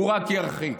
הוא רק ירחיק.